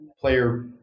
player